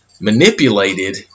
manipulated